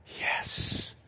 Yes